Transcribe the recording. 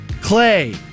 Clay